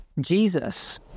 Jesus